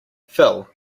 phil